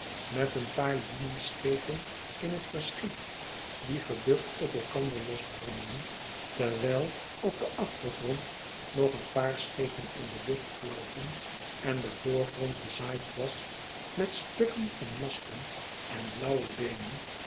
met een paar linieschepen in het verschiet die geducht op elkander losbrandden terwijl op den achtergrond nog een paar schepen in de lucht vlogen en de voorgrond bezaaid was met stukken van masten en blauwe beenen